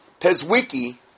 PezWiki